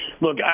look